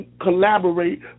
collaborate